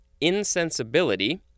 insensibility